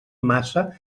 massa